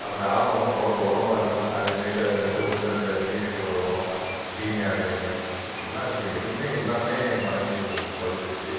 அப்போ இந்த ஆலமரம்லாம் குளத்து ஓரமாக இருக்கும் அதுலேருந்து அதில் வெதை உழுந்து அந்த மீனுக்கு ஒரமாக தீனியாக கிடைக்கும் எல்லாம் இப்போ எதுவுமே எல்லாமே மரங்கள் குறஞ்சிருச்சி